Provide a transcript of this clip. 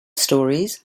stories